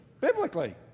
biblically